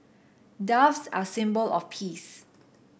doves are a symbol of peace